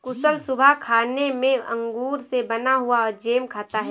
कुशल सुबह खाने में अंगूर से बना हुआ जैम खाता है